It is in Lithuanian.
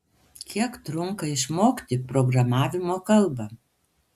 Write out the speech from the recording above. kiek trunka išmokti programavimo kalbą